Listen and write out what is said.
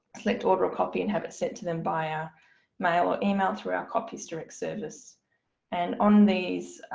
select order a copy and have it sent to them by ah mail or email through our copies direct service and on these,